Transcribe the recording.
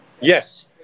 Yes